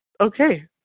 Okay